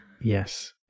Yes